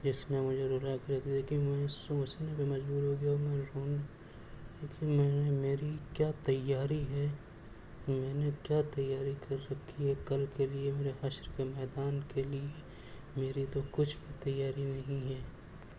جس نے مجھے رلا کے رکھ دیا کیونکہ میں سوچنے پر مجبور ہو گیا کہ میرے میری کیا تیاری ہے میں نے کیا تیاری کر رکھی ہے کل کے لیے مجھے حشر کے میدان کے لیے میری تو کچھ تیاری نہیں ہے